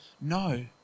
No